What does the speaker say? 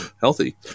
Healthy